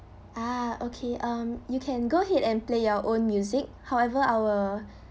ah okay um you can go ahead and play your own music however our